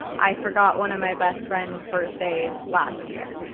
i forgot one of my best friend's birthdays last year,